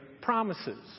promises